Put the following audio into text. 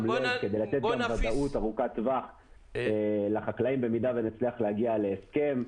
ובשום לב כדי לתת ודאות ארוכת טווח לחקלאים במידה שנצליח להגיע להסכם.